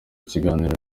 kiganiro